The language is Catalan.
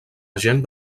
agent